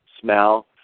smell